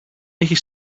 έχει